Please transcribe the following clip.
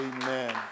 Amen